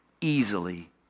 easily